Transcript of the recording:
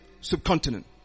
subcontinent